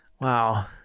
Wow